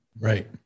Right